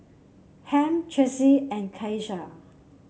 Ham Chessie and Keisha